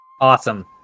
Awesome